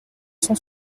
cent